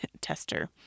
tester